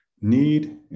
need